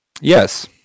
Yes